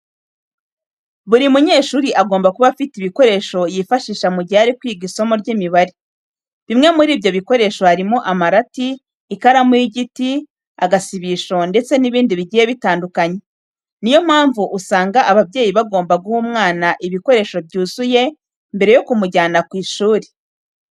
Buri munyeshuri agomba kuba afite ibikoresho yifashisha mu gihe ari kwiga isomo ry'imibare, bimwe muri ibyo bikoresho harimo amarati, ikaramu y'igiti, agasibisho ndetse n'ibindi bigiye bitandukanye. Ni iyo mpamvu usanga ababyeyi bagomba guha umwana ibikoresho byuzuye mbere yo kumujyana ku ishuri.